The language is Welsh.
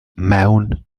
mewn